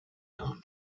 kann